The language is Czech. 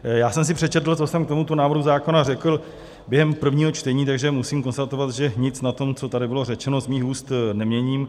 Já jsem si přečetl, co jsem k tomuto návrhu zákona řekl během prvního čtení, a musím konstatovat, že nic na tom, co tady bylo řečeno z mých úst, neměním.